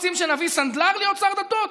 מה רוצים, שנביא סנדלר להיות שר דתות?